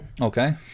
Okay